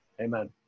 Amen